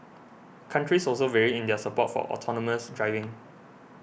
countries also vary in their support for autonomous driving